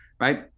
right